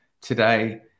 today